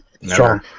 Strong